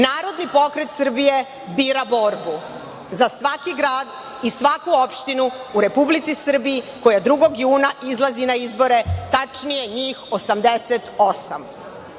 Narodni pokret Srbije bira borbu za svaki grad i svaku opštinu u Republici Srbiji koja 2. juna 2024. godine izlazi na izbore tačnije njih